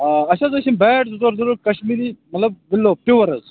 آ اَسہِ حظ ٲسۍ یِم بیٹ زٕ ژورضوٚرت کشمیری مطلب بِلو پیور حظ